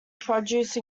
produce